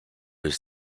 his